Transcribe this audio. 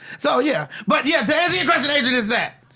so yeah but yeah, to answer your question adrian is that.